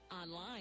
Online